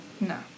No